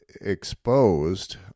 exposed